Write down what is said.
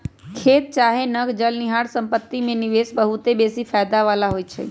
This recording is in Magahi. खेत चाहे न चलनिहार संपत्ति में निवेश बहुते बेशी फयदा बला होइ छइ